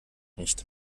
nicht